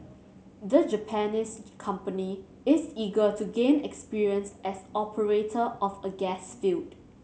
the Japanese company is eager to gain experience as operator of a gas field